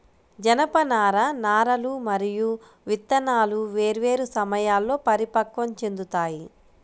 జనపనార నారలు మరియు విత్తనాలు వేర్వేరు సమయాల్లో పరిపక్వం చెందుతాయి